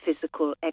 physical